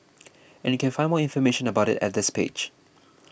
and you can find more information about it at this page